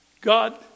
God